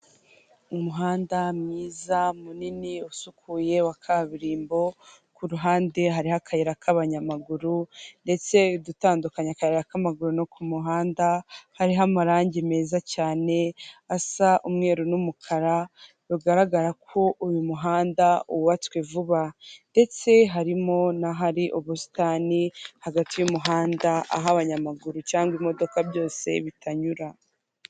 Umuhanda mwiza munini usukuye wa kaburimbo ku ruhande hari akayira k'abanyamaguru ndetse udutandukanyekanya akayira k'abanyamaguru no ku muhanda hariho amarangi meza cyane asa umweru n'umukara bigaragara ko uyu muhanda wubatswe vuba ndetse harimo n'ahari ubusitani hagati y'umuhanda aho abanyamaguru cyangwa imodoka byose bitanyura.